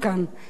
חיים פה,